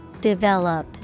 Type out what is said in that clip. Develop